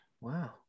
Wow